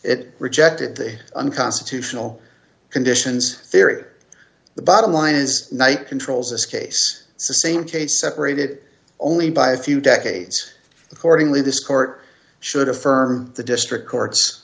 it rejected the unconstitutional conditions theory the bottom line is knight controls this case same case separated only by a few decades accordingly this court should affirm the district court's